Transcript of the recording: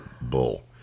bull